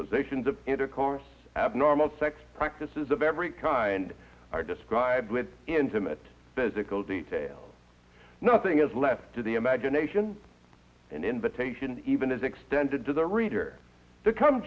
sins of intercourse abnormal sex practices of every kind are described with intimate physical details nothing is left to the imagination an invitation even is extended to the